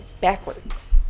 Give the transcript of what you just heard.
backwards